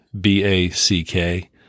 B-A-C-K